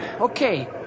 Okay